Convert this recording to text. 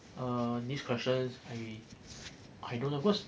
err this question I don't cause